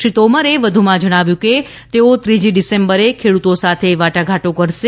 શ્રી તોમરે વધુમાં જણાવ્યું કે તેઓ ત્રીજી ડિસેમ્બરે ખેડૂતો સાથે વાટાધાટો કરશે